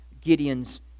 Gideon's